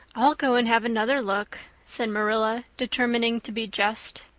i'll go and have another look, said marilla, determining to be just.